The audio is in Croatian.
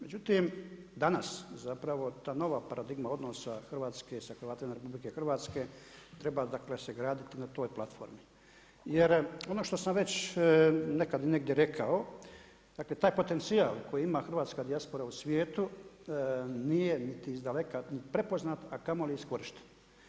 Međutim, danas zapravo ta nova paradigma odnosa Hrvatske sa Hrvatima RH treba dakle se graditi na toj platformi jer ono što sam već nekad i negdje rekao, dakle taj potencijal koji ima hrvatska dijaspora u svijetu, nije niti izdaleka prepoznata a kamoli iskorištena.